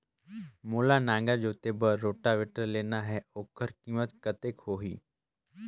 मोला नागर जोते बार रोटावेटर लेना हे ओकर कीमत कतेक होही?